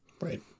Right